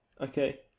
Okay